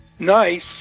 Nice